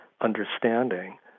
understanding